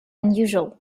unusual